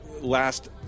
last